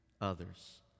others